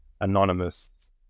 anonymous